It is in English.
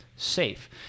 safe